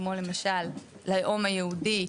כמו למשל ללאום היהודי,